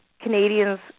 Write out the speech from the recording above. Canadians